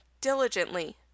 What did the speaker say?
diligently